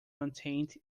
maintained